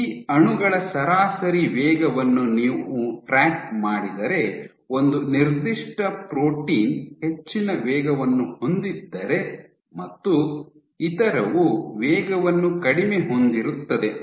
ಈ ಅಣುಗಳ ಸರಾಸರಿ ವೇಗವನ್ನು ನೀವು ಟ್ರ್ಯಾಕ್ ಮಾಡಿದರೆ ಒಂದು ನಿರ್ದಿಷ್ಟ ಪ್ರೋಟೀನ್ ಹೆಚ್ಚಿನ ವೇಗವನ್ನು ಹೊಂದಿದ್ದರೆ ಮತ್ತು ಇತರವು ವೇಗವನ್ನು ಕಡಿಮೆ ಹೊಂದಿರುತ್ತದೆ